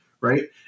Right